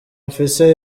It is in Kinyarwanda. mfise